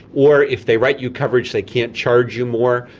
or if they write you coverage, they can't charge you more.